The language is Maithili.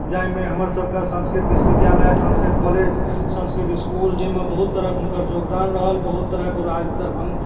जाहिमे हमर सभके संस्कृत विश्वविद्यालय संस्कृत कॉलेज संस्कृत इसकुल जाहिमे बहुत तरहक हुनकर योगदान रहल बहुत तरहके राज दरभङ्ग